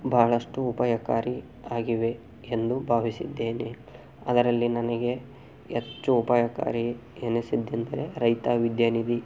ಭಾಳಷ್ಟು ಉಪಾಯಕಾರಿ ಆಗಿವೆ ಎಂದು ಭಾವಿಸಿದ್ದೇನೆ ಅದರಲ್ಲಿ ನನಗೆ ಹೆಚ್ಚು ಉಪಾಯಕಾರಿ ಎನಿಸಿದ್ದೆಂದರೆ ರೈತ ವಿದ್ಯಾನಿಧಿ